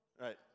right